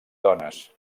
dones